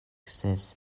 ses